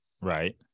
Right